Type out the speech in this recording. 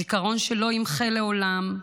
זיכרון שלא יימחה לעולם.